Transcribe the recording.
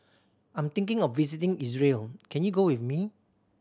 I'm thinking of visiting Israel can you go with me